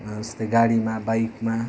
जस्तै गाडीमा बाइकमा